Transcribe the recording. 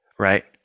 right